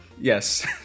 Yes